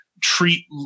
treat